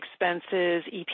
expenses